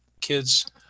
kids